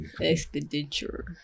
expenditure